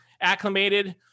acclimated